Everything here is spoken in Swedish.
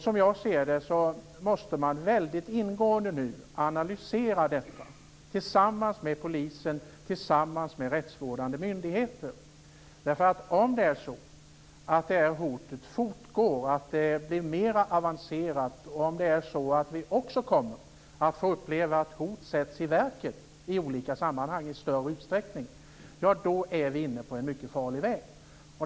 Som jag ser det måste man nu väldigt ingående analysera detta - tillsammans med polisen, tillsammans med rättsvårdande myndigheter. Om det här hotet fortgår och blir mer avancerat, och om vi dessutom får uppleva att hot sätts i verket i olika sammanhang i större utsträckning, är vi inne på en mycket farlig väg.